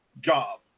job